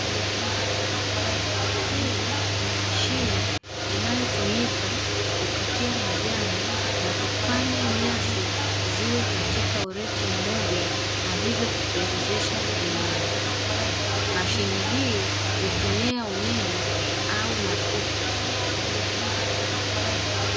Hii ni mashine inayotumika kukatia majani na kufanya nyasi ziwe katika urefu mmoja na hivyo kupendeza eneo mashine hii hutumia umeme au mafuta.